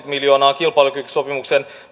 miljoonaa kilpailukykysopimuksen